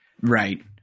Right